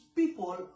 people